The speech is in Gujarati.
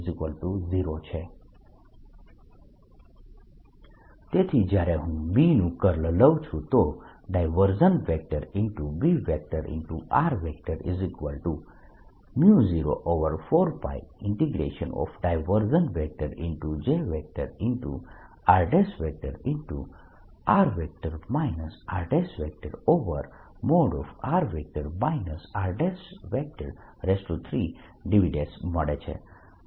J r0 તેથી જ્યારે હું B નું કર્લ લઉં છું તો B04π Jrr r|r r|3 dV મળે છે